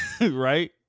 right